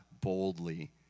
boldly